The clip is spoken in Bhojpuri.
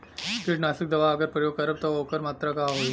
कीटनाशक दवा अगर प्रयोग करब त ओकर मात्रा का होई?